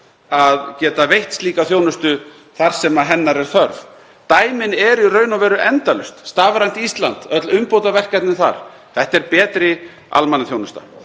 að geta veitt slíka þjónustu þar sem hennar er þörf. Dæmin eru í raun og veru endalaus. Stafrænt Ísland, öll umbótaverkefnin þar. Þetta er betri almannaþjónusta.